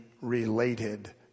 related